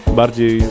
bardziej